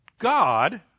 God